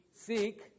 seek